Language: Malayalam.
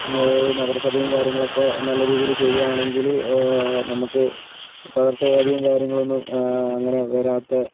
അതായത് നഗരസഭയും കാര്യങ്ങളൊക്കെ നല്ല രീതിയിൽ ചെയ്യുകയാണെങ്കിൽ നമ്മൾക്ക് പകർച്ചവ്യാധിയും കാര്യങ്ങളൊന്നും അങ്ങനെ വരാതെ